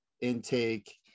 intake